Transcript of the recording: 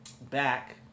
back